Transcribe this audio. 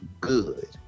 Good